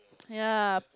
yeah